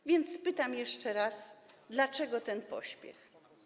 A więc pytam jeszcze raz: dlaczego ten pośpiech?